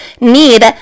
need